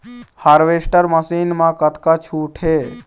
Harvester machine मा कतका छूट हे?